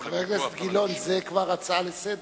חבר הכנסת גילאון, זו כבר הצעה לסדר.